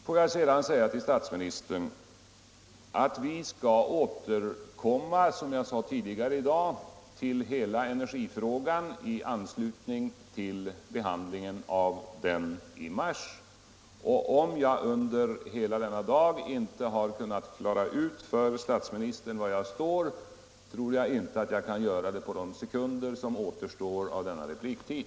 Får jag sedan säga till statsministern att vi skall återkomma, som jag sade tidigare i dag, till energifrågan i anslutning till behandlingen av denna fråga i mars. Om jag under hela denna dag inte har kunnat klara ut för statsministern var jag står, tror jag inte att jag kan göra det på de sekunder som är kvar av min repliktid.